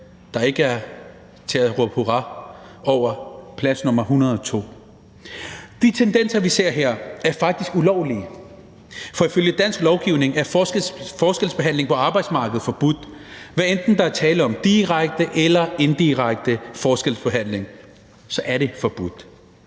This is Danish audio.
der ikke er til at råbe hurra over: nummer 102 De tendenser, vi ser her, er faktisk ulovlige, for ifølge dansk lovgivning er forskelsbehandling på arbejdsmarkedet forbudt, hvad enten der er tale om direkte eller indirekte forskelsbehandling. Det er forbudt.